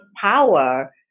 power